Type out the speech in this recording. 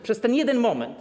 Przez ten jeden moment.